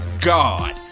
God